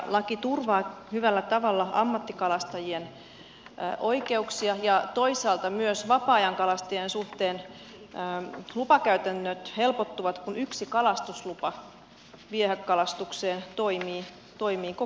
laki turvaa hyvällä tavalla ammattikalastajien oikeuksia ja toisaalta myös vapaa ajankalastajien suhteen lupakäytännöt helpottuvat kun yksi kalastuslupa viehekalastukseen toimii koko maassa